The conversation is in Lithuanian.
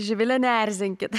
živile neerzinkit